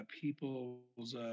people's